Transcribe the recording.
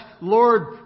Lord